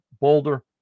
boulder